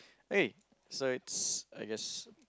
eh so it's I guess